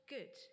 Good